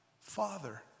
Father